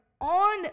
on